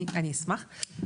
אני אשמח.